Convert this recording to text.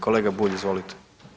Kolega Bulj, izvolite.